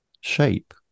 shape